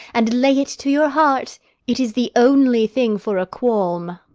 and lay it to your heart it is the only thing for a qualm.